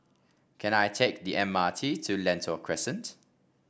can I take the M R T to Lentor Crescent